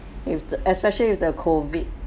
with the especially with the COVID